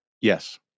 Yes